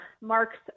marks